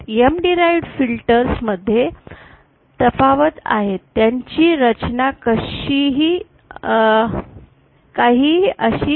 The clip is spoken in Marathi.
M डिराइवड फिल्टर्स मध्ये तफावत आहेत त्यांची रचना काहीशी अशी आहे